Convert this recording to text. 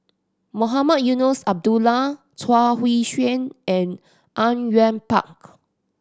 Mohamed Eunos Abdullah Chuang Hui Tsuan and Au Yue Pak